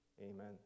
amen